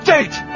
Date